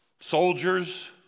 soldiers